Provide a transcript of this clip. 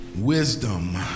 Wisdom